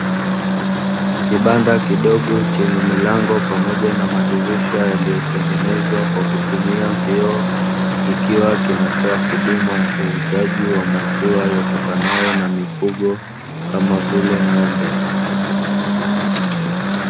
Kibanda kidogo chenye milango pamoja na madirisha yaliyotengenezwa kwa kutumia vioo, kikiwa kinatoa huduma ya uuzaji wa maziwa yatokanayo na mifugo kama vile ng'ombe.